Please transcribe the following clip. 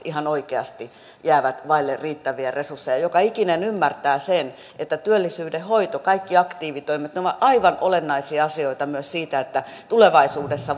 ihan oikeasti jäävät vaille riittäviä resursseja joka ikinen ymmärtää sen että työllisyyden hoito kaikki aktiivitoimet ovat aivan olennaisia asioita myös siinä että tulevaisuudessa